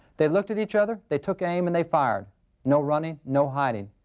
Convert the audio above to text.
they looked at each other. they took aim and they fired no running, no hiding.